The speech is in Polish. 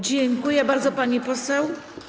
Dziękuję bardzo, pani poseł.